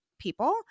people